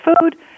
food